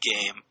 game